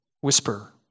whisper